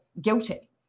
guilty